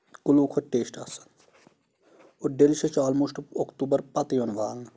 کُلو کھۄتہٕ ٹیسٹ اَصٕل اور ڈیلِشس چھُ آلموسٹ اوٚکتوٗبر پَتہٕ یِوان والنہٕ